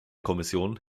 kommission